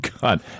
God